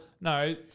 no